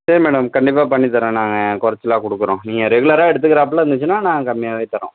சரி மேடம் கண்டிப்பாக பண்ணித்தரேன் நாங்கள் குறச்சலா கொடுக்குறோம் நீங்கள் ரெகுலராக எடுத்துக்கிறாப்ல இருந்துச்சுன்னா நாங்கள் கம்மியாகவே தரோம்